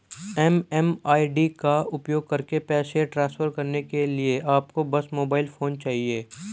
MMID का उपयोग करके पैसे ट्रांसफर करने के लिए आपको बस मोबाइल फोन चाहिए